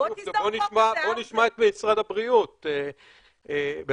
שבוא נשמע את משרד הבריאות בכלל,